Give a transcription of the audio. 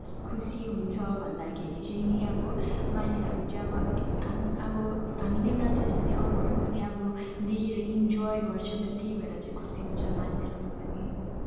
खुसी हुन्छ भन्दाखेरि चाहिँ नि अब मानिसहरू चाहिँ अब हाम अब हामीले नाच्दैछ भने अरूहरू पनि अब देखेर इन्जोय गर्छ नि त त्यही भएर चाहिँ खुसी हुन्छ मानिसहरू पनि